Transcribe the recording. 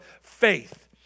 faith